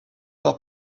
par